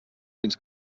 fins